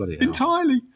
entirely